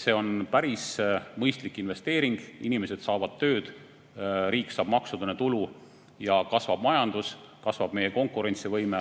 See on päris mõistlik investeering. Inimesed saavad tööd, riik saab maksudena tulu ja kasvab majandus, kasvab meie konkurentsivõime